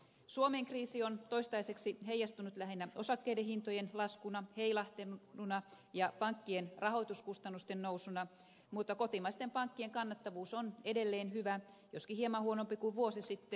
suomen kriisi on toistaiseksi heijastunut lähinnä osakkeiden hintojen laskuna heilahteluna ja pankkien rahoituskustannusten nousuna mutta kotimaisten pankkien kannattavuus on edelleen hyvä joskin hieman huonompi kuin vuosi sitten